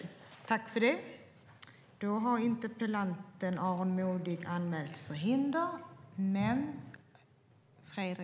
Tredje vice talmannen meddelade att Aron Modig som framställt interpellationen anmält att han var förhindrad att delta i debatten.